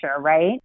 right